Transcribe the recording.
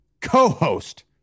co-host